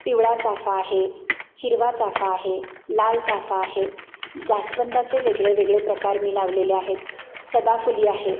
पिवळाचाफा आहे हिरवाचाफा आहे लालचाफा आहे जास्वंदाचे वेगळे वेगळे प्रकार मी लावलेले आहेत सदाफुली आहे